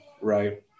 right